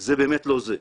שזה באמת לא זה.